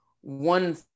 one